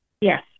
Yes